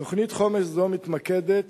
תוכנית חומש זו מתמקדת